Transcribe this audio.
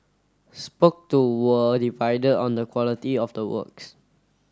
spoke to were divided on the quality of the works